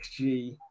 XG